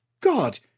God